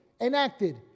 enacted